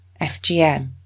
FGM